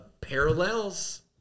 parallels